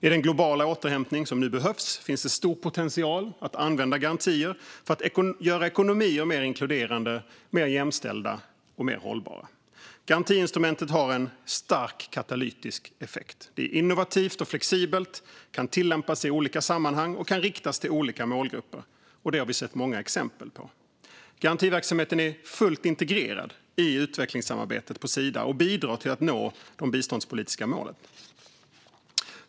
I den globala återhämtning som nu behövs finns stor potential att använda garantier för att göra ekonomier mer inkluderande, mer jämställda och mer hållbara. Garantiinstrumentet har en stark katalytisk effekt. Det är innovativt och flexibelt, kan tillämpas i olika sammanhang och kan riktas till olika målgrupper. Det har vi sett många exempel på. Garantiverksamheten på Sida är fullt integrerad i utvecklingssamarbetet och bidrar till att nå det biståndspolitiska målet.